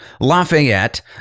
Lafayette